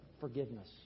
forgiveness